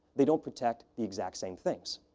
they don't protect the exact same things.